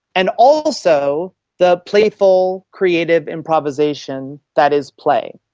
and also the playful, creative improvisation that is play.